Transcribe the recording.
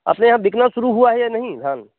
अपने यहाँ बिकना शुरू हुआ है या नहीं धान